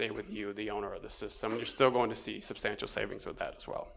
they would you the owner of the system you're still going to see substantial savings with that as well